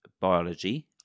biology